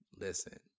Listen